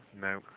No